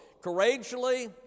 courageously